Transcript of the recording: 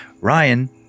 Ryan